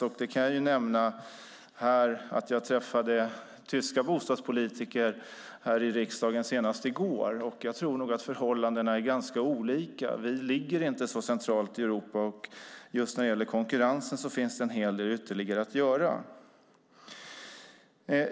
Jag kan nämna att jag träffade tyska bostadspolitiker här i riksdagen senast i går, och jag tror att förhållandena är ganska olika. Vi ligger inte så centralt i Europa, och just när det gäller konkurrensen finns en hel del ytterligare att göra.